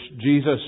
Jesus